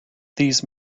these